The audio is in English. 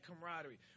camaraderie